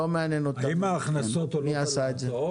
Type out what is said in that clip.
לא מעניין אותנו מי עשה את זה.